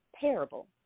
parable